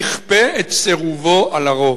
יכפה את סירובו על הרוב.